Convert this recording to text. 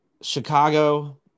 Chicago